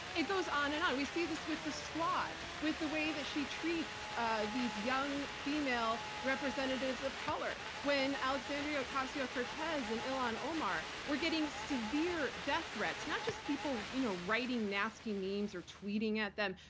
it goes on and on. we see this with the squad, with the way that she treats these young female representatives of color. when alexandria ocasio-cortez and ilhan omar were getting severe death threats-not just people you know writing nasty memes or tweeting at them,